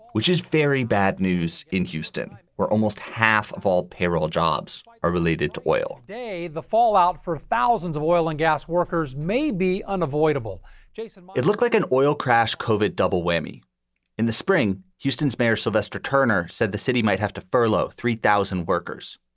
which is very bad news. in houston, where almost half of all payroll jobs are related to oil day, the fallout for thousands of oil and gas workers may be unavoidable jason, it looks like an oil crash covered double whammy in the spring. houston's mayor, sylvester turner, said the city might have to furlough three thousand workers.